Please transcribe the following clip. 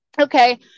okay